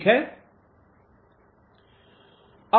ठीक है